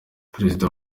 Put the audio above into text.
perezida